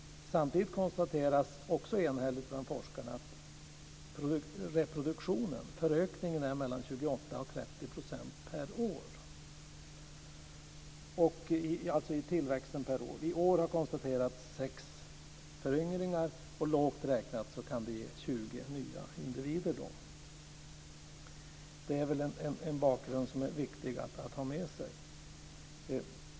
Samtidigt konstateras enhälligt bland forskarna att reproduktionen - förökningen - är mellan 28 och 30 % per år. I år har konstaterats sex föryngringar. Lågt räknat kan det ge 20 nya individer. Det är en bakgrund som är viktig att ha med sig.